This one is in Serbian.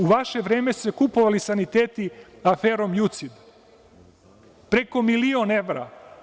U vaše vreme su se kupovali saniteti aferom „Jucit“, preko milion evra.